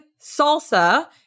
salsa